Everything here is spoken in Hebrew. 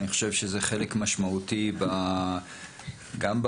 זה חלק משמעותי גם בקשב,